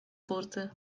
burty